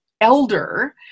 elder